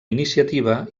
iniciativa